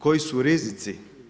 Koji su rizici?